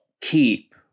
keep